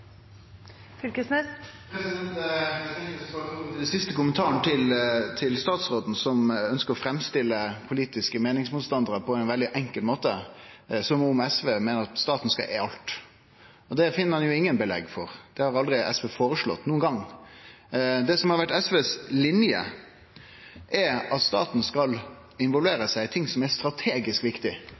siste kommentaren til statsråden, som ønskjer å framstille politiske meiningsmotstandarar på ein veldig enkel måte, som om SV meiner at staten skal eige alt. Det finn ein ikkje noko belegg for. Det har aldri SV foreslått nokon gong. Det som har vore SVs linje, er at staten skal involvere seg i ting som er strategisk viktig for nasjonen Noreg. Kva er strategisk viktig